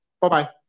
bye-bye